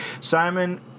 Simon